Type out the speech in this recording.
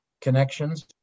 connections